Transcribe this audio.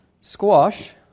squash